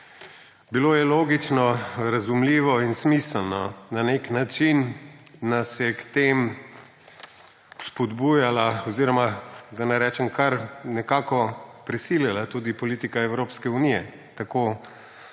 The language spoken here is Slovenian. Bilo je logično, razumljivo in smiselno. Na nek način nas je k tem vzpodbujala, da ne rečem, kar nekako prisilila tudi politika Evropske unije, tukaj